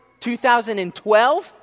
2012